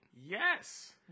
yes